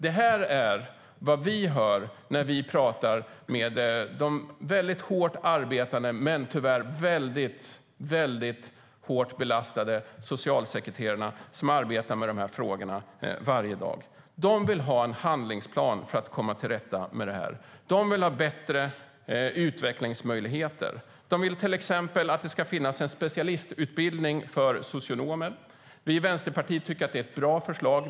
Detta är vad vi hör när vi talar med de väldigt hårt arbetande men tyvärr väldigt hårt belastade socialsekreterarna som arbetar med frågorna varje dag. De vill ha en handlingsplan för att komma till rätta med detta. De vill ha bättre utvecklingsmöjligheter. De vill till exempel att det ska finnas en specialistutbildning för socionomer. Vi i Vänsterpartiet tycker att det är ett bra förslag.